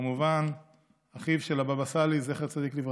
וכמובן אחיו של הבאבא סאלי, זכר צדיק לברכה.